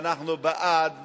ואנחנו בעד,